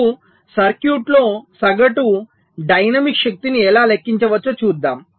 ఇప్పుడు సర్క్యూట్లో సగటు డైనమిక్ శక్తిని ఎలా లెక్కించవచ్చో చూద్దాం